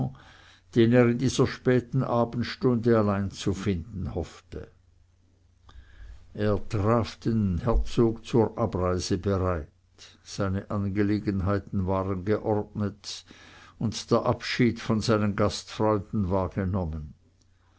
den er in dieser späten abendstunde allein zu finden hoffte er traf den herzog zur abreise bereit seine angelegenheiten waren geordnet und der abschied von seinen gastfreunden war